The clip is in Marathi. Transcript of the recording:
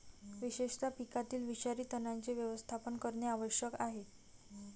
विशेषतः पिकातील विषारी तणांचे व्यवस्थापन करणे आवश्यक आहे